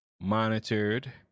monitored